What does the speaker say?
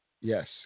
Yes